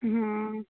हाँ